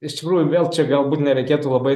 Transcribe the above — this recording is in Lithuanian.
iš tikrųjų vėl čia galbūt nereikėtų labai